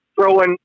throwing